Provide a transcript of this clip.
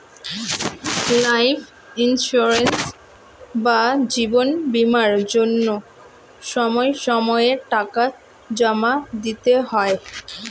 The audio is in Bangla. লাইফ ইন্সিওরেন্স বা জীবন বীমার জন্য সময় সময়ে টাকা জমা দিতে হয়